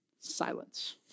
Silence